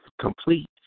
complete